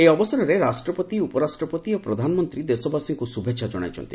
ଏହି ଅବସରରେ ରାଷ୍ଟ୍ରପତି ଉପରାଷ୍ଟ୍ରପତି ଓ ପ୍ରଧାନମନ୍ତ୍ରୀ ଦେଶବାସୀଙ୍କୁ ଶୁଭେଚ୍ଛା ଜଣାଇଚ୍ଚନ୍ତି